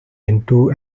into